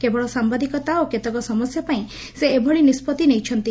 କେବଳ ସାମ୍ବାଦିକତା ଓ କେତେକ ସମସ୍ୟା ପାଇଁ ସେ ଏଭଳି ନିଷ୍ବଉି ନେଇଛନ୍ତି